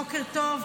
בוקר טוב.